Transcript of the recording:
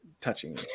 touching